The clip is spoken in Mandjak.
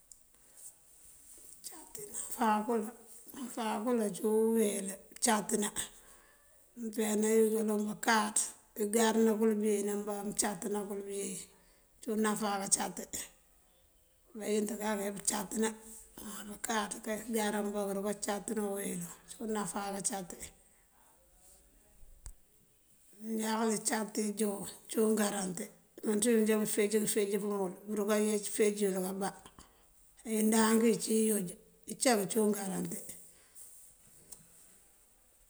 Káancáti náfá bël, náfá bël uwel káancátëná. Iten bëloŋ bakáaţ këgarëna kul been ambá am cátëná bul been, cúun náfá káancáti. Bayënt kak já bu cátëná má bakáaţ kay garan bá aruka cátëná uwel, cúun náfá káancáti. Njákëlin icáti yi joon cúun gáranti. Imënţ yun já bufeej këëfeej bumul, buruka feej yul kabá. Á yi ndank yi ţí iyooj, icak cúun gáranti.